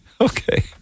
Okay